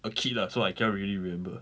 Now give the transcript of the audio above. a kid lah so I cannot really remember